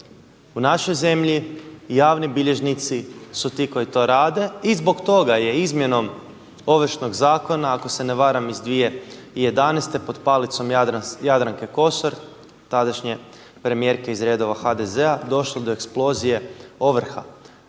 U našoj zemlji javni bilježnici su ti koji to rade i zbog toga je izmjenom Ovršnog zakona ako se ne varam iz 2011. pod palicom Jadranke Kosor, tadašnje premijerke iz redova HDZ-a došlo do eksplozije ovrha.